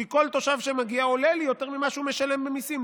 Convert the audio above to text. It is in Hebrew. כי כל תושב שמגיע עולה לי יותר ממה שהוא משלם במיסים.